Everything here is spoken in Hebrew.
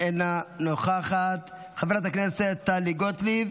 אינה נוכחת, חברת הכנסת טלי גוטליב,